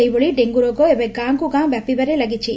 ସେହିଭଳି ଡେଙ୍ଙ୍ ରୋଗ ଏବେ ଗାଁ କୁ ଗାଁ ବ୍ୟାପିବାରେ ଲାଗିଛି